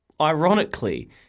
Ironically